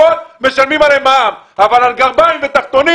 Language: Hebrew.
משלמים עליהן מע"מ אבל על גרביים ותחתונים